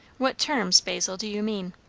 what terms, basil, do you mean?